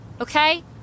Okay